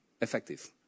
effective